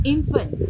Infant